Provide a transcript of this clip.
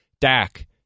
Dak